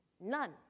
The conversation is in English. none